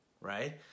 right